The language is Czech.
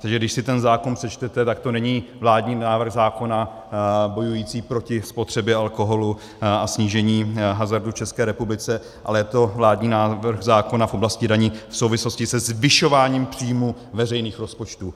Takže když si zákon přečtete, tak to není vládní návrh zákona bojující proti spotřebě alkoholu a snížení hazardu v České republice, ale je to vládní návrh zákona v oblasti daní v souvislosti se zvyšováním příjmů veřejných rozpočtů.